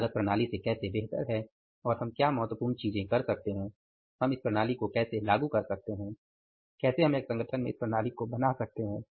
कुल लागत प्रणाली से कैसे बेहतर है और हम क्या महत्वपूर्ण चीजें कर सकते हैं हम प्रणाली को कैसे लागू कर सकते हैं कैसे हम एक संगठन में इस प्रणाली को बना सकते हैं